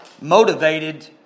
motivated